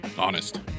Honest